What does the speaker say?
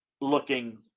looking